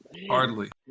Hardly